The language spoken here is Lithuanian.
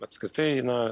apskritai na